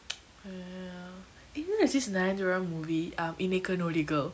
ya eh then there's this nayanthara movie um imaikkaa nodigal